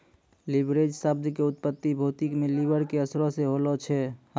leverage शब्द के उत्पत्ति भौतिकी मे लिवर के असरो से होलो छै